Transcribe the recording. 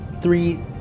three